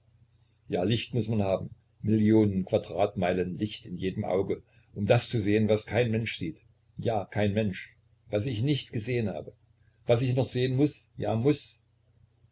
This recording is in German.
ja licht muß ich haben millionen quadratmeilen licht in jedem auge um das zu sehen was kein mensch sieht ja kein mensch was ich nicht gesehen habe was ich noch sehen muß ja muß